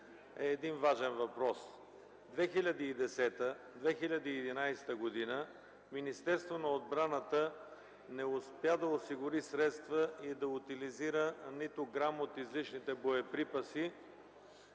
е важен въпрос. През 2010 – 2011 г. Министерството на отбраната не успя да осигури средства и да утилизира нито грам от излишните боеприпаси,